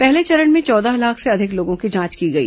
पहले चरण में चौदह लाख से अधिक लोगों की जांच की गई